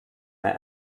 mehr